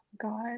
God